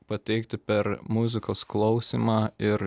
pateikti per muzikos klausymą ir